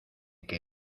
que